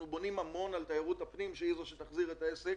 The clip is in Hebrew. בונים המון על תיירות הפנים שהיא זאת שתחזיר את העסק